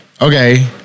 okay